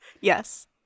yes